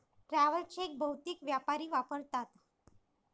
travel cheque बहुतेक व्यापारी वापरतात